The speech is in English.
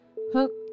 Hook